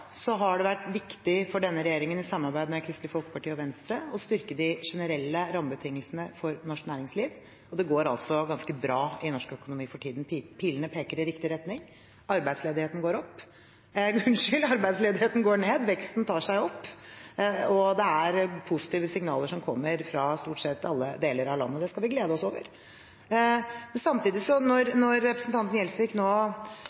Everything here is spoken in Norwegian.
har det vært viktig for denne regjeringen i samarbeid med Kristelig Folkeparti og Venstre å styrke de generelle rammebetingelsene for norsk næringsliv, og det går altså ganske bra i norsk økonomi for tiden. Pilene peker i riktig retning, arbeidsledigheten går ned, veksten tar seg opp, og det er positive signaler som kommer fra stort sett alle deler av landet. Det skal vi glede oss over. Men samtidig, når representanten Gjelsvik nå